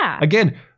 again